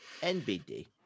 NBD